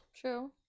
True